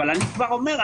אבל אני כבר אומר,